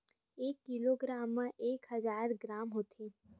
एक किलोग्राम मा एक हजार ग्राम होथे